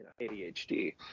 ADHD